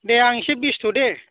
दे आङो एसे बेस्थ' दे